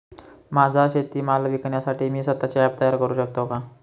माझा शेतीमाल विकण्यासाठी मी स्वत:चे ॲप तयार करु शकतो का?